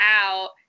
out